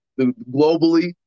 globally